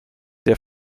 der